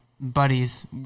buddies